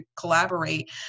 collaborate